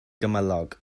gymylog